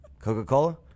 Coca-Cola